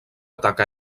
atac